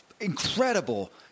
incredible